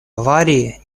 аварии